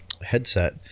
Headset